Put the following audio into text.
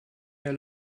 der